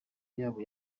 yabo